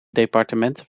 departement